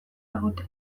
egotea